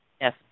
Yes